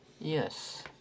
Yes